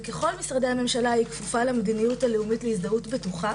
וככל משרדי המשלה היא כפופה למדיניות הלאומית להזדהות בטוחה